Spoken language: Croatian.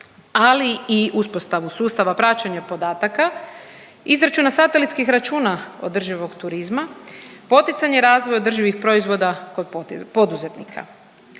ali i uspostavu sustava praćenja podataka, izračuna satelitskih računa održivog turizma, poticanje razvoja održivih proizvoda kod poduzetnika.